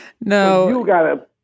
no